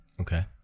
Okay